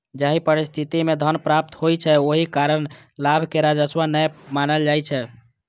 जाहि परिस्थिति मे धन प्राप्त होइ छै, ओहि कारण लाभ कें राजस्व नै मानल जाइ छै